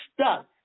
stuck